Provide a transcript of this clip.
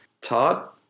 Todd